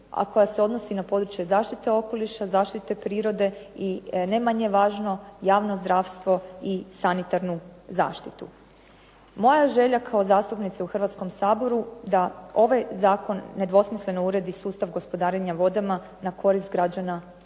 a koja se odnosi na područje zaštite okoliša, zaštite prirode i ne manje važno javno zdravstvo i sanitarnu zaštitu. Moja je želja kao zastupnice u Hrvatskom saboru da ovaj zakon nedvosmisleno uredi sustav gospodarenja vodama na korist građana Republike